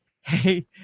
hey